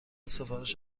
سفارش